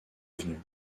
revenus